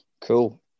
Cool